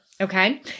Okay